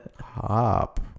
Hop